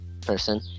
person